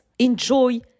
Enjoy